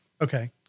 Okay